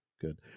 Good